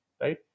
right